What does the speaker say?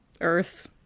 earth